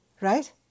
right